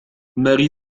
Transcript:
ماري